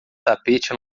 tapete